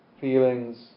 feelings